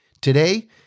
Today